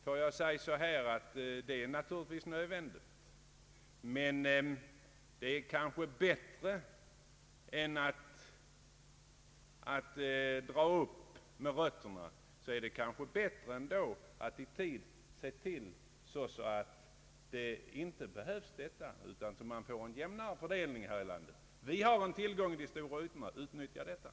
Låt mig säga att det naturligtvis är nödvändigt, men bättre än att dra upp med rötterna är det kanske att i tid se till att man inte nyetablerar utan från början får en jämnare fördelning här i landet. Vi har en tillgång i de stora ytorna. Utnyttja den!